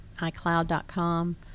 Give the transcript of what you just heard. icloud.com